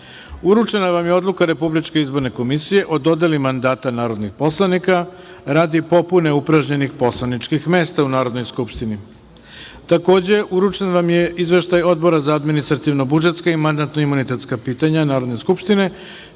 vam je Odluka Republičke izborne komisije o dodeli mandata narodnih poslanika radi popune upražnjenih poslaničkih mesta u Narodnoj skupštini. Takođe, uručen vam je Izveštaj Odbora za administrativno-budžetska i mandatno-imunitetska pitanja Narodne skupštine,